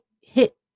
hit